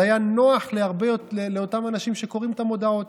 זה היה נוח לאותם אנשים שקוראים את המודעות.